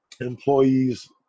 employees